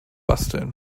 basteln